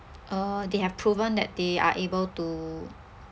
uh they have proven that they are able to